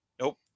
nope